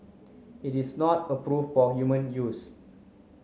it is not approve for human use